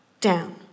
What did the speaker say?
down